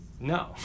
No